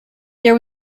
there